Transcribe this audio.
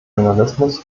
journalismus